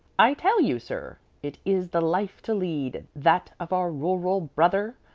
i tell you, sir, it is the life to lead, that of our rural brother.